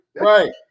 right